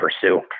pursue